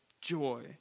joy